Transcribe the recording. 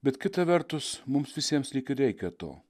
bet kita vertus mums visiems lyg ir reikia to